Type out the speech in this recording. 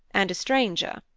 and a stranger.